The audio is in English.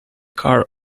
car